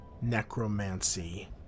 necromancy